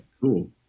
Cool